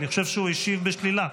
אני חושב שהוא השיב בשלילה.